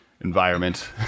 environment